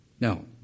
No